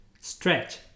Stretch